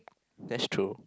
that's true